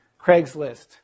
Craigslist